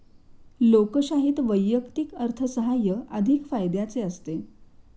लोकशाहीत वैयक्तिक अर्थसाहाय्य अधिक फायद्याचे असते